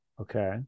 Okay